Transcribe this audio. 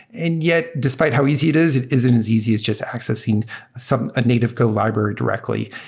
and yet despite how easy it is, it isn't as easy as just accessing some ah native go library directly,